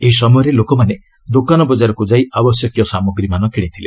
ଏହି ସମୟରେ ଲୋକମାନେ ଦୋକାନ ବଜାରକୁ ଯାଇ ଆବଶ୍ୟକୀୟ ସାମଗ୍ରୀମାନେ କିଣିଥିଲେ